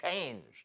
changed